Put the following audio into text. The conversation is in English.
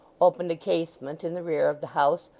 opened a casement in the rear of the house,